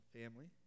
family